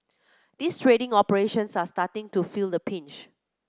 these trading operations are starting to feel the pinch